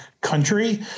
country